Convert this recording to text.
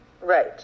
Right